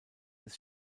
des